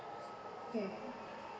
mm